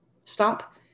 Stop